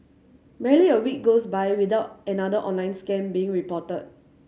barely a week goes by without another online scam being reported